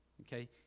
Okay